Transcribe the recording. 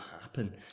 happen